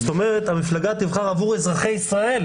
זאת אומרת שהמפלגה תבחר עבור אזרחי ישראל,